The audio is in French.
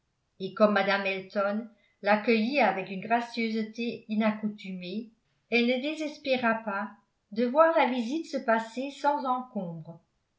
et comme mme elton l'accueillit avec une gracieuseté inaccoutumée elle ne désespéra pas de voir la visite se passer sans encombre